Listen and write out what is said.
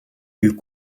eut